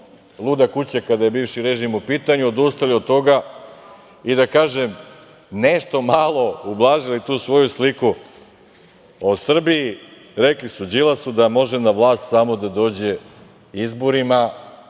luda kuća kada je bivši režim u pitanju, odustali od toga i, da kažem, nešto malo ublažili tu svoju sliku o Srbiji. Rekli su Đilasu da može na vlast samo da dođe izborima,